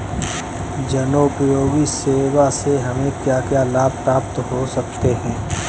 जनोपयोगी सेवा से हमें क्या क्या लाभ प्राप्त हो सकते हैं?